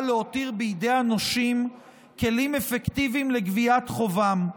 להותיר בידי הנושים כלי אפקטיביים לגביית חובם.